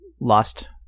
lost